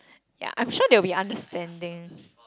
ya I'm sure they will be understanding